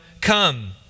Come